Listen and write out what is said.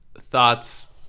thoughts